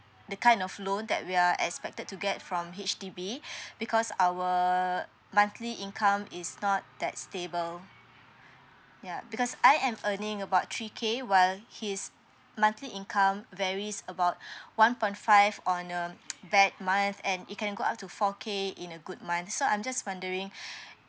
the kind of loan that we are expected to get from H_D_B because our monthly income is not that stable ya because I am earning about three k while his monthly income varies about one point five on a bad month and it can go up to four k in a good month so I'm just wondering